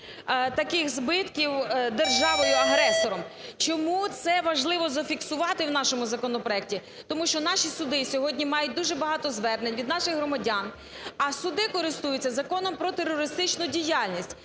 таких збитків державою-агресором". Чому це важливо зафіксувати в нашому законопроекті? Тому що наші суди сьогодні мають дуже багато звернень від наших громадян, а суди користуються Законом про терористичну діяльність,